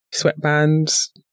sweatbands